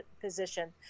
position